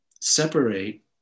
separate